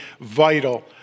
vital